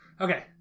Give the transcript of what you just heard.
Okay